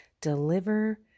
Deliver